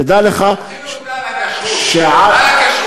תדע לך תחילו אותה על הכשרות,